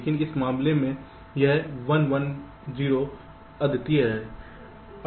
लेकिन इस मामले में यह 1 1 0 अद्वितीय है